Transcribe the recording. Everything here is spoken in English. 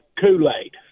Kool-Aid